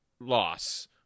loss